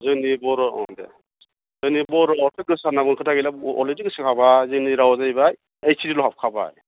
जोंनि बर' दे जोंनि बर'आथ' गोसो जानांगौ खोथा गैला अलरेदि सिगाङाव बा जोंनि रावआ जाहैबाय ओइट सिदुलआव हाबखाबाय